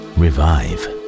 revive